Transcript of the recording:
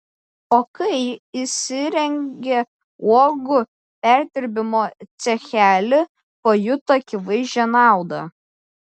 o kai įsirengė uogų perdirbimo cechelį pajuto akivaizdžią naudą